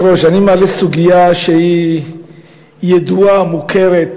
אני מעלה סוגיה שהיא ידועה ומוכרת